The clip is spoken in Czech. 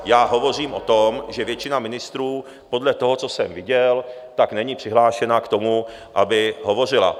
Já hovořím o tom, že většina ministrů, podle toho, co jsem viděl, není přihlášená k tomu, aby hovořila.